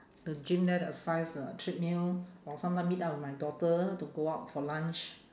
the gym there to exercise the treadmill or sometime meet up with my daughter to go out for lunch